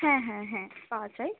হ্যাঁ হ্যাঁ হ্যাঁ পাওয়া যায়